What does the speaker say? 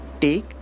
take